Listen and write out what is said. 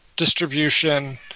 distribution